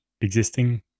existing